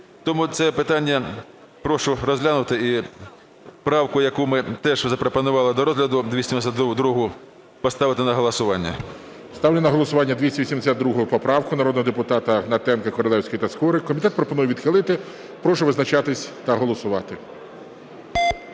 Тому це питання прошу розглянути, і правку, яку ми теж запропонували до розгляду 282-у, поставити на голосування. ГОЛОВУЮЧИЙ. Ставлю на голосування 282 поправку народного депутата Гнатенка, Королевської та Скорика. Комітет пропонує відхилити. Прошу визначатись та голосувати.